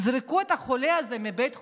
יזרקו את החולה הזה מבית חולים?